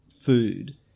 food